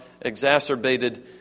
exacerbated